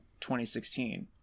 2016